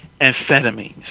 Amphetamines